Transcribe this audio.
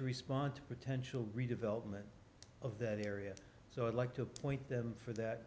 to respond to potential redevelopment of that area so i'd like to appoint them for that